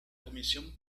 comisión